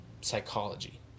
psychology